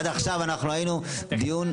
עד עכשיו היינו דיון,